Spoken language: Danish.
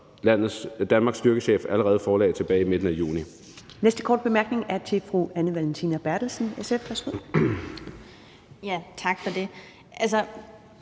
Danmarks styrkechef allerede forelagde tilbage i midten af juni.